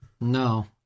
No